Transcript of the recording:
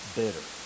bitter